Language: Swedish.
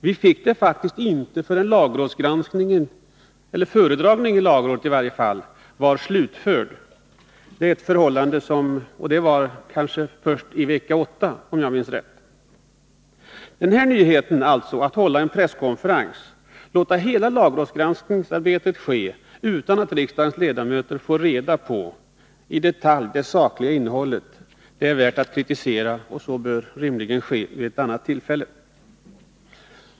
Vi fick den faktiskt inte förrän föredragningen i lagrådet var slutförd, och det var först i vecka 8, om jag minns rätt. Denna nyhet, att hålla en presskonferens och låta hela lagrådsgranskningsarbetet ske utan att riksdagens ledamöter i detalj får reda på det sakliga innehållet, är värd att kritisera, och så bör rimligen ske vid ett annat tillfälle.